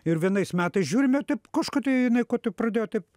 ir vienais metais žiūrime taip kažko tai jinai ko tai pradėjo taip